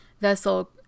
vessel